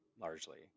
largely